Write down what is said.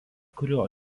kurio